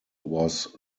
was